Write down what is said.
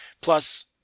Plus